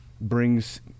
brings